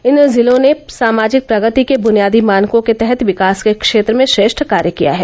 इन जिलों ने सामाजिक प्रगति के बुनियादी मानको के तहत विकास के क्षेत्र में श्रेष्ठ कार्य किया है